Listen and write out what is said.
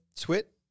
twit